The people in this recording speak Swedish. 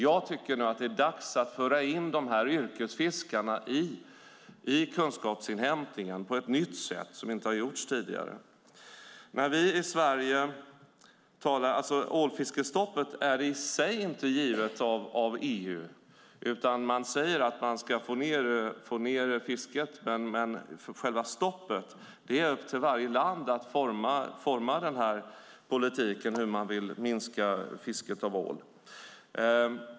Jag tycker nu att det är dags att föra in yrkesfiskarna i kunskapsinhämtningen på ett nytt sätt, som inte har gjorts tidigare. Ålfiskestoppet är inte i sig givet av EU. Man säger att man ska få ned fisket, men när det gäller själva stoppet är det upp till varje land att forma politiken för hur man vill minska fisket av ål.